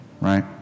right